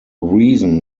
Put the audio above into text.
reason